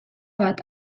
bat